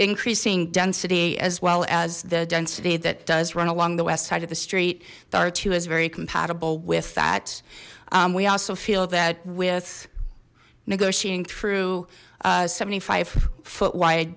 increasing density as well as the density that does run along the west side of the street the r is very compatible with that we also feel that with negotiating true seventy five foot wide